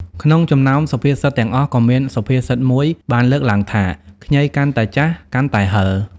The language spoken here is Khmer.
ក្នុងចំណោមសុភាសិតទាំងអស់ក៏មានសុភាសិតមួយបានលើកឡើងថា ខ្ញីកាន់តែចាស់ កាន់តែហឹរ។